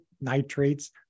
nitrates